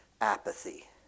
apathy